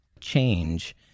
change